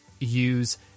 use